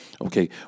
Okay